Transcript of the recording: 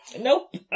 Nope